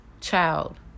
child